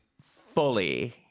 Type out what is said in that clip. fully